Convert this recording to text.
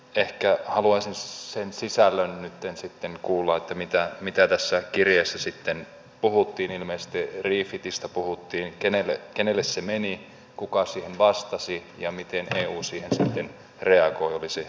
ehkä haluaisin sen sisällön nytten sitten kuulla mitä tässä kirjeessä sitten puhuttiin ilmeisesti refitistä puhuttiin kenelle se meni kuka siihen vastasi ja miten eu siihen sitten reagoi